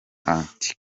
anti